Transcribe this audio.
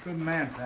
man, pat.